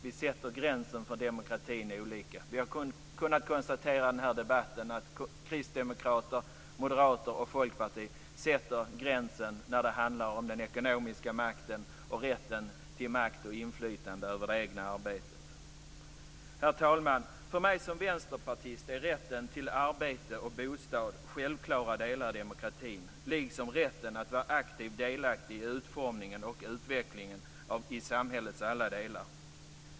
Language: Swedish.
Vi sätter gränsen för demokratin olika. Vi har kunnat konstatera i den här debatten att kristdemokrater, moderater och folkpartister sätter gränsen när det handlar om den ekonomiska makten och rätten till makt och inflytande över det egna arbetet. Herr talman! För mig som vänsterpartist är rätten till arbete och bostad självklara delar i demokratin, liksom rätten att vara aktiv och delaktig i utformningen och utvecklingen av samhällets alla delar.